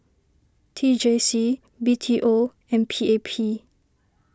T J C B T O and P A P